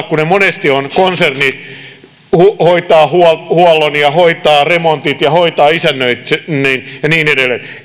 kun monesti konserni hoitaa huollon ja hoitaa remontit ja hoitaa isännöinnin ja niin edelleen